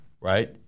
right